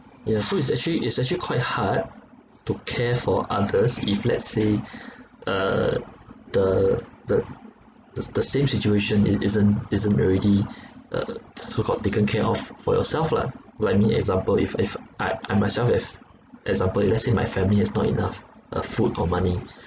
yeah so it's actually it's actually quite hard to care for others if let's say uh the the the the same situation it isn't isn't already uh so called taken care of for yourself lah like me example if if I I myself as example let's say my family has not enough uh food or money